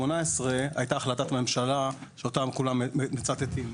הייתה החלטת ממשלה אותה כולם מצטטים.